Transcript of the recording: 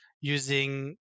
using